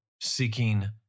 seeking